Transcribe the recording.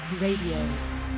RADIO